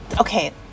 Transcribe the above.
okay